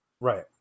Right